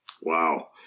wow